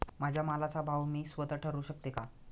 माझ्या मालाचा भाव मी स्वत: ठरवू शकते का?